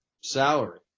salary